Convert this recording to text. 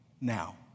now